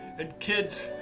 and kids,